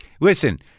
Listen